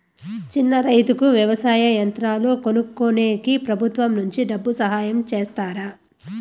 చిన్న రైతుకు వ్యవసాయ యంత్రాలు కొనుక్కునేకి ప్రభుత్వం నుంచి డబ్బు సహాయం చేస్తారా?